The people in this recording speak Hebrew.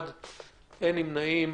הצבעה בעד, 2 נגד, 1 נמנעים,